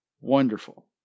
wonderful